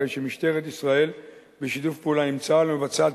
הרי שמשטרת ישראל בשיתוף פעולה עם צה"ל מבצעת